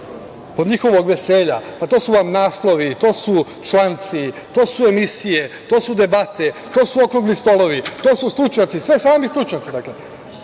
od njihovog veselja, pa to su vam naslovi, to su članci, to su emisije, to su debate, to su okrugli stolovi, to su stručnjaci, sve sami stručnjaci.